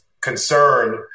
concern